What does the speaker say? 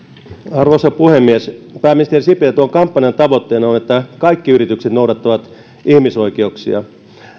arvoisa puhemies pääministeri sipilä tuon kampanjan tavoitteena on että kaikki yritykset noudattavat ihmisoikeuksia